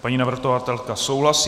Paní navrhovatelka souhlasí.